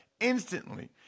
instantly